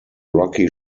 rocky